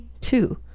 two